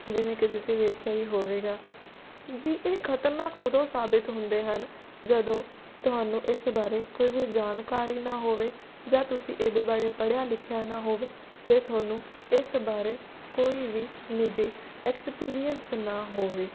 ਜਿਵੇਂ ਕਿ ਤੁਸੀਂ ਵੇਖਿਆ ਹੀ ਹੋਵੇਗਾ ਜੀ ਇਹ ਖ਼ਤਰਨਾਕ ਉਦੋਂ ਸਾਬਿਤ ਹੁੰਦੇ ਹਨ ਜਦੋਂ ਤੁਹਾਨੂੰ ਇਸ ਬਾਰੇ ਕੋਈ ਵੀ ਜਾਣਕਾਰੀ ਨਾ ਹੋਵੇ ਜਾਂ ਤੁਸੀਂ ਇਹਦੇ ਬਾਰੇ ਪੜ੍ਹਿਆ ਲਿਖਿਆ ਨਾ ਹੋਵੇ ਜੇ ਤੁਹਾਨੂੰ ਇਸ ਬਾਰੇ ਕੋਈ ਵੀ ਨਿੱਜੀ ਐਕਸਪੀਰੀਐਂਸ ਨਾ ਹੋਵੇ